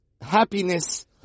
happiness